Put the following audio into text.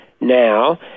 now